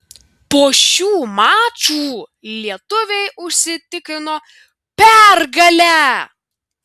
po šių mačų lietuviai užsitikrino pergalę